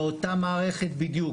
באותה מערכת בדיוק.